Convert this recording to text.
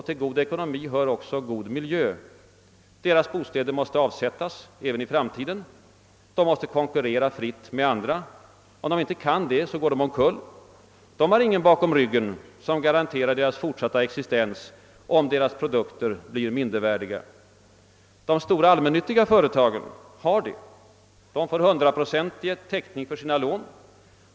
Till god ekonomi hör också god miljö. Deras bostäder måste avsättas även i framtiden. De måste konkurrera fritt med andra. Om de inte kan det, går de omkull. De har ingen bakom ryggen, som garanterar deras fortsatta existens, om deras produkter blir mindervärdiga. De stora allmännyttiga företagen har detta. De får hundraprocentig täckning för sina lån.